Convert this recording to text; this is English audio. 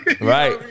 right